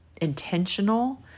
intentional